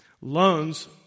loans